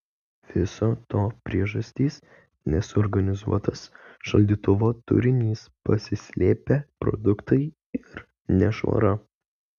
viso to priežastys nesuorganizuotas šaldytuvo turinys pasislėpę produktai ir nešvara